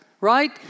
right